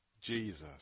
Jesus